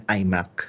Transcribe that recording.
imac